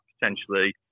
potentially